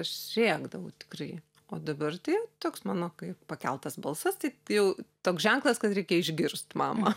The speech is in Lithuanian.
aš rėkdavau tikrai o dabar tai toks mano kaip pakeltas balsas tai jau toks ženklas kad reikia išgirst mamą